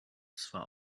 zwar